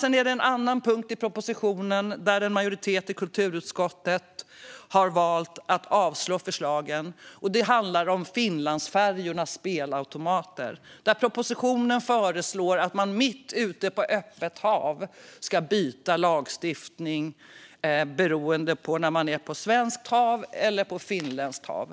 Sedan finns en annan punkt i propositionen där en majoritet i kulturutskottet har valt att avstyrka förslagen, och det handlar om Finlandsfärjornas spelautomater. Där föreslår propositionen att man mitt ute på öppet hav ska byta regelverk beroende på om man är på svenskt eller finländskt hav.